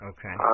Okay